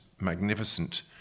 magnificent